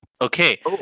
Okay